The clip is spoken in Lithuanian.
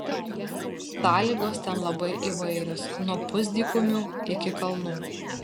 sąlygos ten labai įvairios nuo pusdykumių iki kalnų